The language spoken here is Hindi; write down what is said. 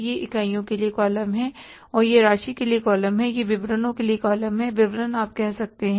यह इकाइयों के लिए कॉलम है और यह राशि के लिए कॉलम है यह विवरणों के लिए कॉलम है विवरण आप कह सकते हैं